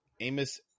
Amos